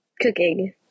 cooking